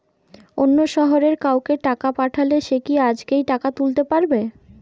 অন্য শহরের কাউকে টাকা পাঠালে সে কি আজকেই টাকা তুলতে পারবে?